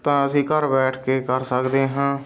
ਤਾਂ ਅਸੀਂ ਘਰ ਬੈਠ ਕੇ ਕਰ ਸਕਦੇ ਹਾਂ